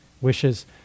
wishes